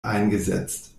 eingesetzt